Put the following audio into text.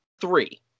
three